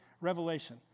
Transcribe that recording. Revelation